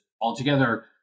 altogether